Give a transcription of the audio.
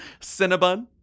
Cinnabon